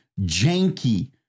janky